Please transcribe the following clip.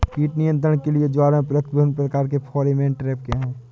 कीट नियंत्रण के लिए ज्वार में प्रयुक्त विभिन्न प्रकार के फेरोमोन ट्रैप क्या है?